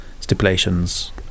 stipulations